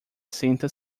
senta